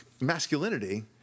masculinity